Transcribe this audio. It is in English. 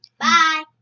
Bye